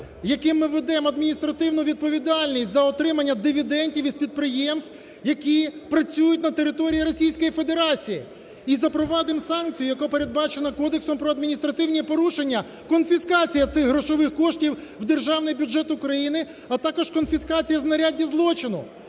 яким ми введемо адміністративну відповідальність за отримання дивідендів із підприємств, які працюють на території Російської Федерації і запровадимо санкцію, яка передбачена Кодексом про адміністративні порушення, конфіскація цих грошових коштів в державний бюджет України, а також конфіскація знаряддя злочину.і